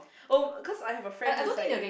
oh cause I have a friend who is like